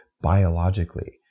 Biologically